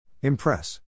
Impress